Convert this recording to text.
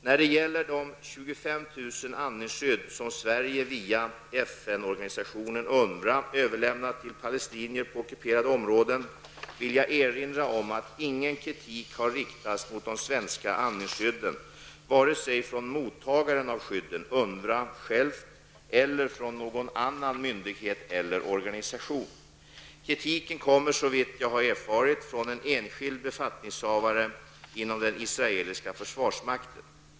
När det gäller de 25 000 andningsskydd som Sverige via FN-organisationen UNRWA överlämnat till palestinier på ockuperade områden, vill jag erinra om att ingen kritik har riktats mot de svenska andningsskydden vare sig från mottagaren av skydden -- UNRWA självt -- eller från någon annan myndighet eller organisation. Kritiken kommer, såvitt jag har erfarit, från en enskild befattningshavare inom den israeliska försvarsmakten.